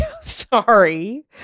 Sorry